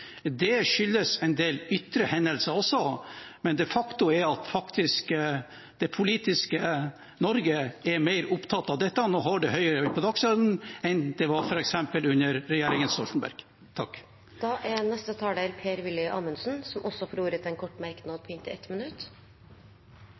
Det skyldes en del ytre hendelser også, men det politiske Norge er de facto mer opptatt av dette og har det høyere på dagsordenen enn f.eks. under regjeringen Stoltenberg. Representanten Per-Willy Amundsen har hatt ordet to ganger tidligere og får ordet til en kort merknad,